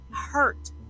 hurt